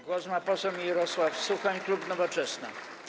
Głos ma poseł Mirosław Suchoń, klub Nowoczesna.